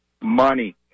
money